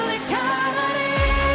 eternity